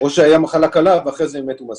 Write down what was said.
או שהיה מחלה קלה ואחר כך מתו מהסיבוכים.